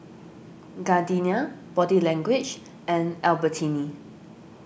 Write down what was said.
Gardenia Body Language and Albertini